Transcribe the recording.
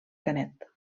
canet